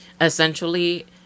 essentially